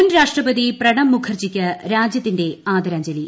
മുൻ രാഷ്ട്രപതി പ്രണബ് മുഖർജിക്ക് രാജ്യത്തിന്റെ ആദരാഞ്ജലി